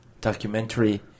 Documentary